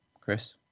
Chris